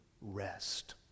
rest